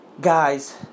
guys